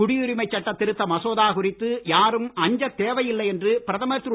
குடியுரிமை சட்டத் திருத்த மசோதா குறித்து யாரும் அஞ்சத் தேவையில்லை என்று பிரதமர் திரு